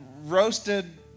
roasted